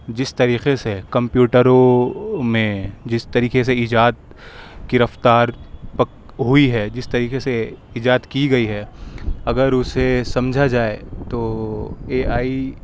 جس طریقے سے کمپیوٹروں میں جس طریقے سے ایجاد کی رفتار ہوئی ہے جس طریقے سے ایجاد کی گئی ہے اگر اسے سمجھا جائے تو اے آئی